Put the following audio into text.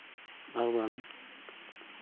ᱟᱨ ᱵᱟᱝ